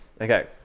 Okay